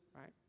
right